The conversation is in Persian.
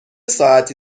ساعتی